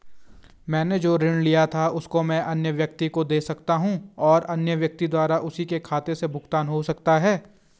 मैंने जो ऋण लिया था उसको मैं अन्य व्यक्ति को दें सकता हूँ और अन्य व्यक्ति द्वारा उसी के खाते से भुगतान हो सकता है?